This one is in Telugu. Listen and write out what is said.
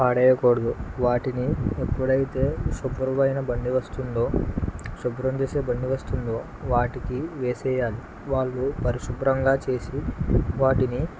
పడేయకూడదు వాటిని ఎప్పుడైతే శుభ్రమైన బండి వస్తుందో శుభ్రం చేసే బండి వస్తుందో వాటికి వేసేయాలి వాళ్ళు పరిశుభ్రంగా చేసి వాటిని